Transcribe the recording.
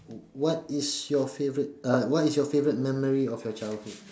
what is your favourite uh what is your favourite memory of your childhood